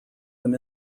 them